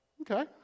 Okay